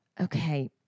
Okay